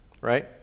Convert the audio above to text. right